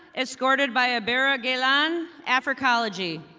escorted by abera gelan, africology.